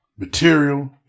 material